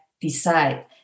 decide